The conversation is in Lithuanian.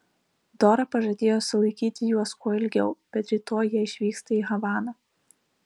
dora pažadėjo sulaikyti juos kuo ilgiau bet rytoj jie išvyksta į havaną